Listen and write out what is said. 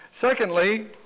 Secondly